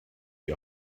die